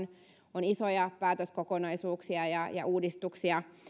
on isoja päätöskokonaisuuksia ja ja uudistuksia